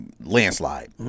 landslide